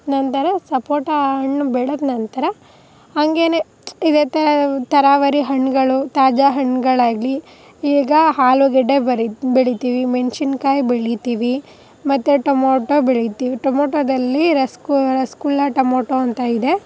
ನಂತರ ಸಪೋಟ ಹಣ್ಣು ಬೆಳೆದ ನಂತರ ಹಂಗೇನೆ ಇದೆ ತರಹಾವರಿ ಹಣ್ಣುಗಳು ತಾಜಾ ಹಣ್ಣುಗಳಾಗಲಿ ಈಗ ಆಲೂಗೆಡ್ಡೆ ಬರಿ ಬೆಳಿತೀವಿ ಮೆಣಸಿನ್ಕಾಯಿ ಬೆಳಿತೀವಿ ಮತ್ತೆ ಟೊಮೋಟೊ ಬೆಳಿತೀವಿ ಟೊಮೋಟೊದಲ್ಲಿ ರಸ್ ಗು ರಸಗುಲ್ಲ ಟೊಮೋಟೊ ಅಂತ ಇದೆ